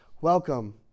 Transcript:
welcome